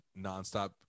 nonstop